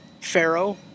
Pharaoh